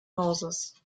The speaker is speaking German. hauses